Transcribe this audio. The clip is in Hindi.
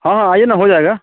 हाँ हाँ आईए ना हो जाएगा